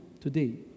today